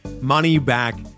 money-back